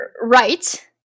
right